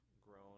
grown